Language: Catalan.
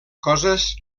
coses